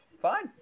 fine